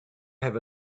have